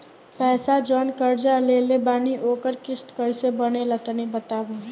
पैसा जऊन कर्जा लेले बानी ओकर किश्त कइसे बनेला तनी बताव?